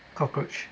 cockroach